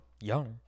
Young